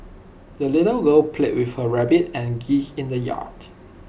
the little girl played with her rabbit and geese in the yard